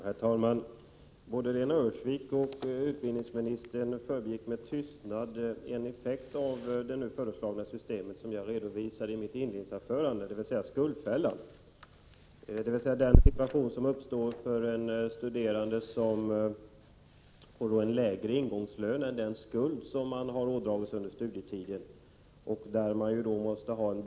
Herr talman! Både Lena Öhrsvik och utbildningsministern förbigick med tystnad en effekt av det nu föreslagna systemet som jag redovisade i mitt inledningsanförande, nämligen skuldfällan — dvs. den situation som uppstår för en studerande som får en lägre ingångslön än den skuld han eller hon har Prot. 1987/88:128 ådragit sig under studietiden.